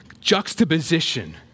juxtaposition